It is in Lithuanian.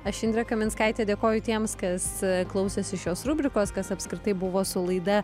aš indrė kaminskaitė dėkoju tiems kas klausėsi šios rubrikos kas apskritai buvo su laida